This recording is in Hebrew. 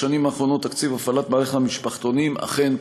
בשנים האחרונות תקציב הפעלת מערך המשפחתונים אכן,